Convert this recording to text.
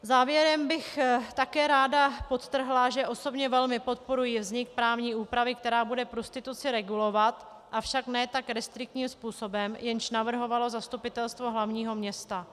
Závěrem bych také ráda podtrhla, že osobně velmi podporuji vznik právní úpravy, která bude prostituci regulovat, avšak ne tak restriktním způsobem, jejž navrhovalo zastupitelstvo hlavního města.